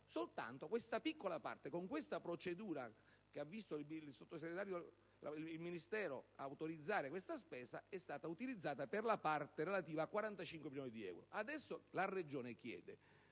Soltanto una piccola parte (con quella procedura con cui il Ministero ha autorizzato questa spesa) è stata utilizzata per la parte relativa a 45 milioni di euro. Adesso, rispetto ad